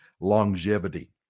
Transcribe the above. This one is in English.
longevity